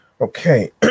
Okay